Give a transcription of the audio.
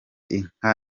inka